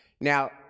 Now